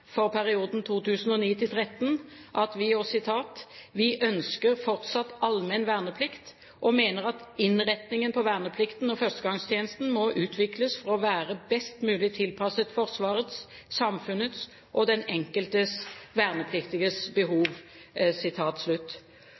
for perioden 2009–2013: «Vi ønsker fortsatt allmenn verneplikt, og mener at innretningen på verneplikten og førstegangstjenesten må utvikles for å være best mulig tilpasset Forsvarets, samfunnets og den enkelte vernepliktiges behov.»